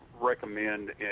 recommend